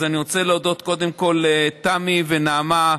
אז אני רוצה להודות קודם כול לתמי ונעמה,